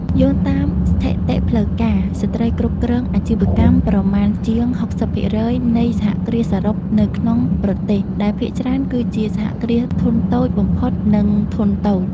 យោងតាមស្ថិតិផ្លូវការ ស្ត្រីគ្រប់គ្រងអាជីវកម្មប្រមាណជាង ៦០% នៃសហគ្រាសសរុបនៅក្នុងប្រទេស ដែលភាគច្រើនគឺជាសហគ្រាសធុនតូចបំផុត និងធុនតូច។